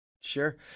Sure